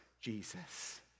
Jesus